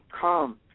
come